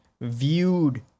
viewed